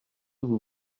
vous